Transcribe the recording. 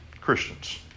Christians